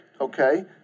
okay